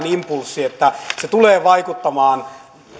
impulssi että se tulee vaikuttamaan